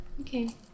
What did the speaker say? Okay